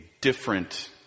different